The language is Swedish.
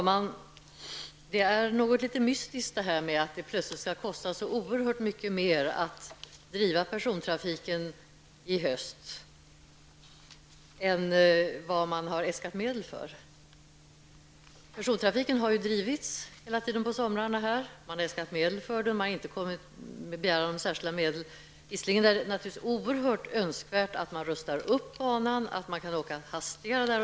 Herr talman! Detta något litet mystiskt att det plötsligt skulle kosta så oerhört mycket mer att driva persontrafik i höst än vad man har äskat medel för. Persontrafiken har ju drivits hela tiden på somrarna. Det har äskats medel för det, och man har inte kommit med begäran om särskilda medel. Visserligen är det naturligtvis oerhört önskvärt att banan rustas upp och att man kan åka hastigare där.